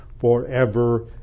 forever